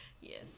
Yes